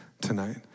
tonight